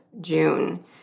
June